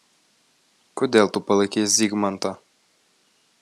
kodėl tu palaikei zygmantą